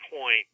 point